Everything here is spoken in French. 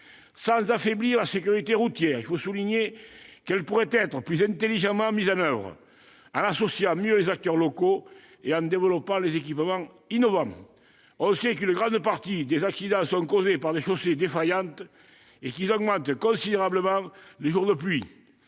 soit affaiblie, il faut souligner que la sécurité routière pourrait être plus intelligemment mise en oeuvre, en associant mieux les acteurs locaux et en développant des équipements innovants. On sait qu'une grande partie des accidents sont causés par des chaussées défaillantes et qu'ils augmentent considérablement les jours de pluie.